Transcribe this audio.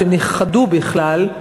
שנכחדו בכלל.